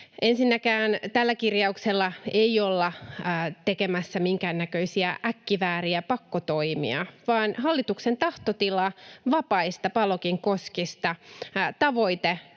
Ensinnäkään tällä kirjauksella ei olla tekemässä minkäännäköisiä äkkivääriä pakkotoimia, vaan hallituksen tahtotila vapaista Palokin koskista, tavoite